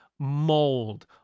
mold